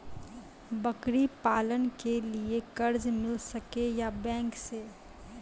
बकरी पालन के लिए कर्ज मिल सके या बैंक से?